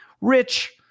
Rich